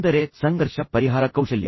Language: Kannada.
ಅಂದರೆ ಸಂಘರ್ಷ ಪರಿಹಾರ ಕೌಶಲ್ಯ